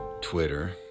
Twitter